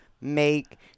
make